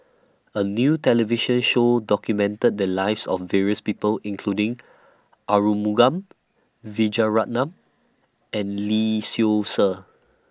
A New television Show documented The Lives of various People including Arumugam Vijiaratnam and Lee Seow Ser